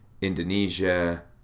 Indonesia